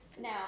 Now